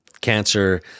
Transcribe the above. cancer